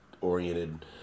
oriented